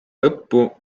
lõppu